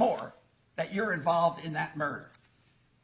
more that you're involved in that murder